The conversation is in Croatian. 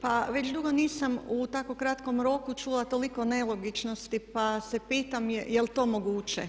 Pa već dugo nisam u tako kratkom roku čula toliko nelogičnosti pa se pitam jel' to moguće?